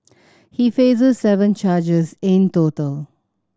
he faces seven charges in total